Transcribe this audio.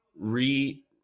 re